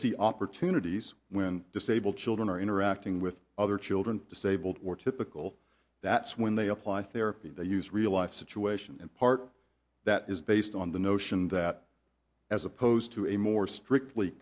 see opportunities when disabled children are interacting with other children disabled or typical that's when they apply therapy they use real life situations and part that is based on the notion that as opposed to a more strictly